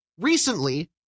recently